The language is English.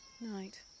Night